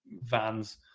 vans